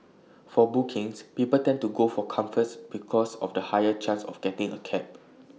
for bookings people tend to go for comforts because of the higher chance of getting A cab